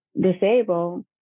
disabled